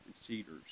cedars